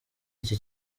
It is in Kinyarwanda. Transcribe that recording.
iki